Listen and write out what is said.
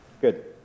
Good